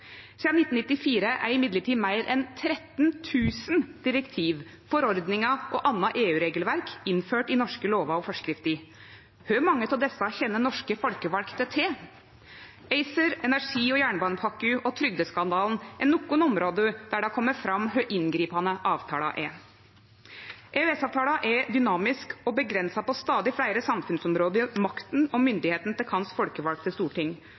Sidan 1994 er likevel meir enn 13 000 direktiv, forordningar og anna EU-regelverk innført i norske lover og forskrifter. Kor mange av desse kjenner norske folkvalde til? ACER, energi- og jernbanepakker og trygdeskandalen er nokre område der det har kome fram kor inngripande avtala er. EØS-avtala er dynamisk og avgrensar på stadig fleire samfunnsområde makta og myndet til vårt folkevalde storting,